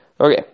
Okay